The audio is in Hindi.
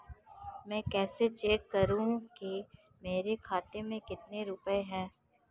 मैं कैसे चेक करूं कि मेरे खाते में कितने रुपए हैं?